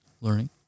learning